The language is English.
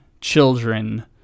children